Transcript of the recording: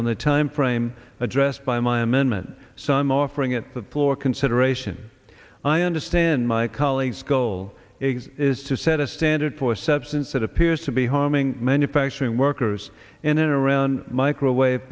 on the time frame addressed by my amendment so i'm offering it the poor consideration i understand my colleagues cold eggs is to set a standard for substance that appears to be harming manufacturing workers in an around microwave